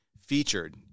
featured